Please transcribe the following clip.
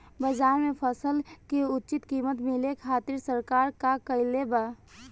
बाजार में फसल के उचित कीमत मिले खातिर सरकार का कईले बाऽ?